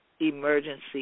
emergency